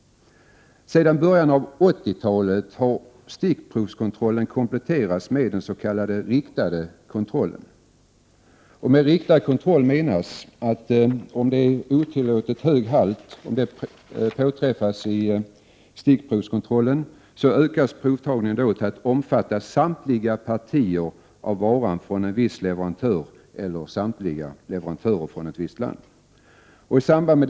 Sedan början av 1980-talet har stickprovskontrollen kompletterats med den s.k. riktade kontrollen. Med riktad kontroll menas att stickprovstagningen utökas till att omfatta samtliga partier av varan från en viss leverantör eller samtliga leverantörer från ett visst land, om det är oacceptabelt hög halt av ett visst ämne.